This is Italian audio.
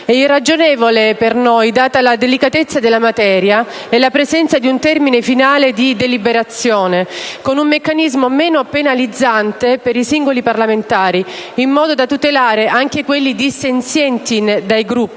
irragionevole a nostro avviso, data la delicatezza della materia e la presenza di un termine finale di deliberazione, con un meccanismo meno penalizzante per i singoli parlamentari, in modo da tutelare anche quelli dissenzienti dai Gruppi,